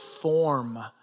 form